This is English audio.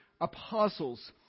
apostles